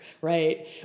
Right